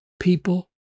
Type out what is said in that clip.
people